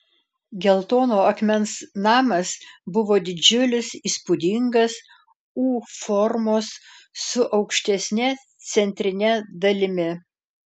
geltono akmens namas buvo didžiulis įspūdingas u formos su aukštesne centrine dalimi